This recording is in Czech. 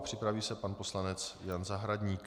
Připraví se pan poslanec Jan Zahradník.